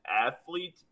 athlete